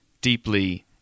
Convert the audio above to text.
deeply